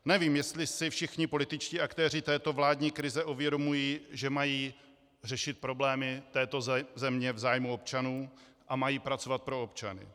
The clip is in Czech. Nevím, jestli si všichni političtí aktéři této vládní krize uvědomují, že mají řešit problémy této země v zájmu občanů a mají pracovat pro občany.